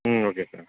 ம் okay sir